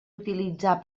utilitzar